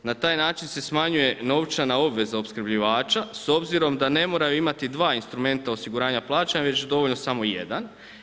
Na taj način se smanjuje novčana obveza opskrbljivača s obzirom da ne moraju imati dva instrumenta osiguranja plaća već je dovoljno samo jedan.